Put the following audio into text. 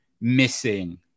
missing